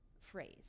phrase